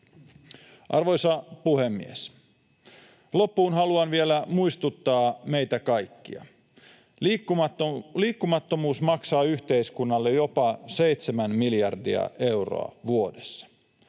Arvoisa puhemies! Loppuun haluan vielä muistuttaa meitä kaikkia: Liikkumattomuus maksaa yhteiskunnalle jopa 7 miljardia euroa vuodessa.